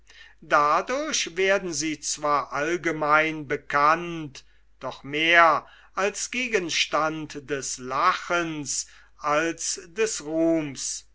dadurch werden sie zwar allgemein bekannt doch mehr als gegenstand des lachens als des ruhms